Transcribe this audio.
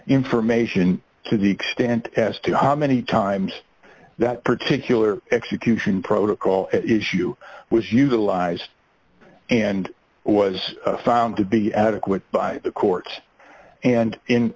information to be extent as to how many times that particular execution protocol at issue was utilized and was found to be adequate by the courts and in